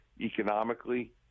economically